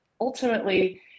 ultimately